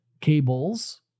cables